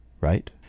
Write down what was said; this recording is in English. right